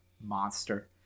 Monster